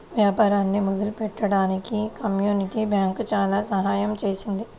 వ్యాపారాన్ని మొదలుపెట్టడానికి community bank చాలా సహాయం చేసింది